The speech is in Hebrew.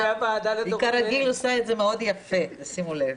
היא כרגיל עושה את זה מאוד יפה, תשימו לב.